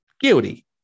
Guilty